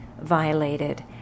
violated